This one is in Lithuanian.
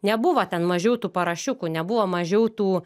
nebuvo ten mažiau tų parašiukų nebuvo mažiau tų